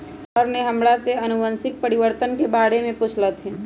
sir ने हमरा से अनुवंशिक परिवर्तन के बारे में पूछल खिन